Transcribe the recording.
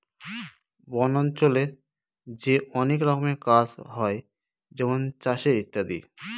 বন অঞ্চলে যে অনেক রকমের কাজ হয় যেমন চাষের ইত্যাদি